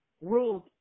ruled